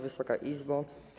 Wysoka Izbo!